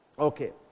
Okay